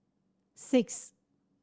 six